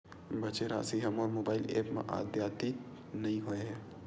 बचे राशि हा मोर मोबाइल ऐप मा आद्यतित नै होए हे